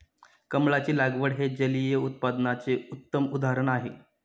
कमळाची लागवड हे जलिय उत्पादनाचे उत्तम उदाहरण आहे